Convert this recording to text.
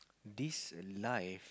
this life